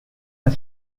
are